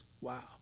Wow